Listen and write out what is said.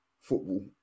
football